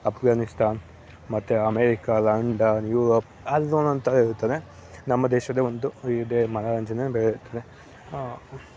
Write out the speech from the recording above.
ಅಪ್ಗಾನಿಸ್ತಾನ್ ಮತ್ತೆ America London Europe ಅಲ್ಲಿ ಒಂದೊಂದು ಥರ ಇರುತ್ತದೆ ನಮ್ಮ ದೇಶದ್ದೆ ಒಂದು ಕ್ರೀಡೆ ಮನೋರಂಜನೆ ಬೇರೆ ಇರ್ತದೆ ಹಾಂ